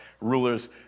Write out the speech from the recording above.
rulers